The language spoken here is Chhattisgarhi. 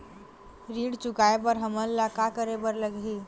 ऋण चुकाए बर हमन ला का करे बर लगही?